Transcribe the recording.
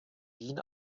wien